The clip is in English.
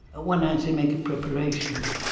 when i say make a preparation,